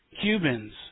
Cubans